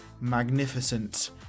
magnificent